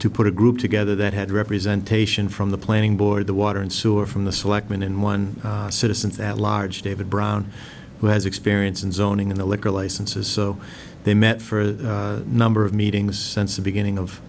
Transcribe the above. to put a group together that had representation from the planning board the water and sewer from the selectmen in one citizens at large david brown who has experience in zoning in the liquor licenses so they met for a number of meetings since the beginning of